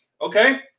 Okay